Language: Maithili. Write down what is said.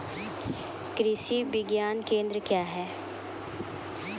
कृषि विज्ञान केंद्र क्या हैं?